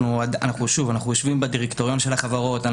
אנחנו יושבים בדירקטוריון של החברות,